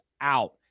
out